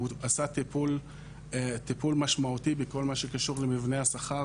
והוא עשה טיפול משמעותי בכל מה שקשור למבנה השכר,